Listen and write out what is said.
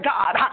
God